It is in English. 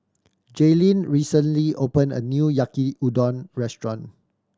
Jailyn recently opened a new Yaki Udon Restaurant